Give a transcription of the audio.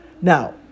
Now